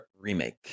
remake